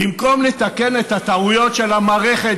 במקום לתקן את הטעויות של המערכת,